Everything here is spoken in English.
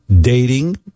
dating